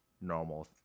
normal